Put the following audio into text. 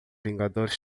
vingadores